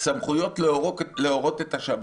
סמכויות להורות את השב"כ.